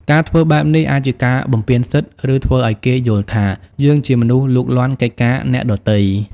ការធ្វើបែបនេះអាចជាការបំពានសិទ្ធិ ឬធ្វើឲ្យគេយល់ថា យើងជាមនុស្សលូកលាន់កិច្ចការអ្នកដទៃ។